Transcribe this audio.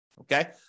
okay